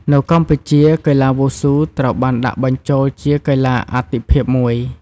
នៅកម្ពុជា កីឡាវ៉ូស៊ូត្រូវបានដាក់បញ្ចូលជាកីឡាអាទិភាពមួយ។